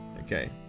Okay